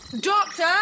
Doctor